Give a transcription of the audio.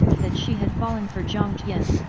that she had fallen for jiang tian.